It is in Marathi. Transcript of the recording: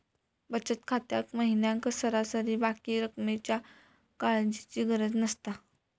बचत खात्यात महिन्याक सरासरी बाकी रक्कमेच्या काळजीची गरज नसता